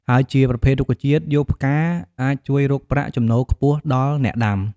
ហើយជាប្រភេទរុក្ខជាតិយកផ្កាអាចជួយរកប្រាក់ ចំណូលខ្ពស់ដល់ អ្នកដាំ។